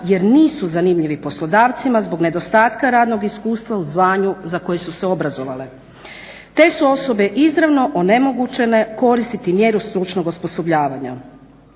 jer nisu zanimljivi poslodavcima zbog nedostatka radnog iskustva u zvanju za koje su se obrazovale. Te su osobe izravno onemogućene koristiti mjeru stručnog osposobljavanja.